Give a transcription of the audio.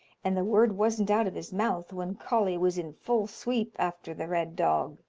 and the word wasn't out of his mouth when coley was in full sweep after the red dog.